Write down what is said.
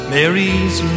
Mary's